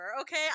Okay